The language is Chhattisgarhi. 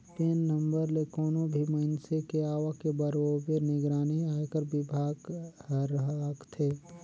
पेन नंबर ले कोनो भी मइनसे के आवक के बरोबर निगरानी आयकर विभाग हर राखथे